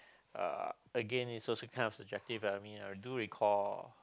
uh again it's also kind of subjective I mean I do recall uh